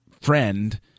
friend